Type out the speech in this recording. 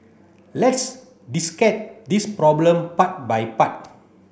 let's this problem part by part